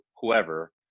whoever